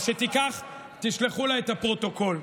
אז שתיקח, תשלחו לה את הפרוטוקול.